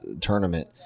tournament